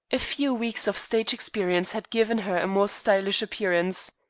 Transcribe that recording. a few weeks of stage experience had given her a more stylish appearance.